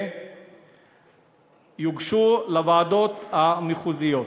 ויוגשו לוועדות המחוזיות.